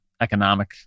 economic